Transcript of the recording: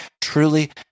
truly